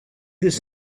this